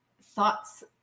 thoughts